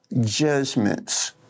judgments